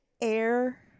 Air